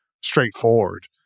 straightforward